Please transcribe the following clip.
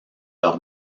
leur